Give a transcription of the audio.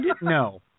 no